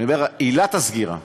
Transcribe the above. אני מדבר על עילת הסגירה.